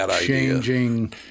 changing